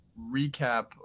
recap